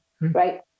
right